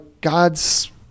God's